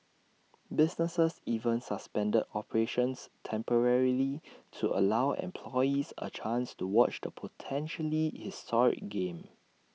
businesses even suspended operations temporarily to allow employees A chance to watch the potentially historic game